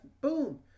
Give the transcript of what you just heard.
Boom